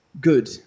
good